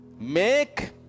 make